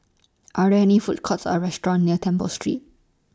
Are really Food Courts Or restaurants near Temple Street